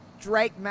Drake